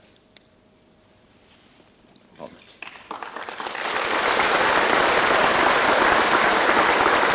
Vid överlämnandet av denna minnesgåva utbröt spontana och långvariga applåder från kammarens ledamöter och övriga närvarande.